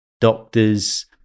doctors